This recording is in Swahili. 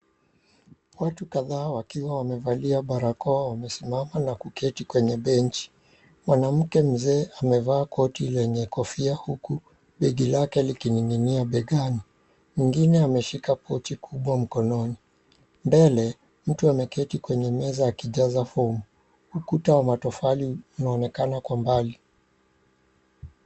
Watu kadhaa wakiwa wamevalia barakoa wamesimama na kuketi kwenye benchi. Mwanamke mzee amevaa koti lenye kofia huku begi lake likining'inia begani. Mwingine ameshika pochi kubwa mkononi. Mbele, mtu ameketi kwenye meza akijaza fomu. Ukuta wa matofali unaonekana kwa mbali.